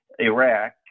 Iraq